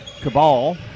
Cabal